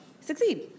succeed